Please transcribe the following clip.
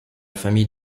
famille